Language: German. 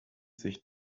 sich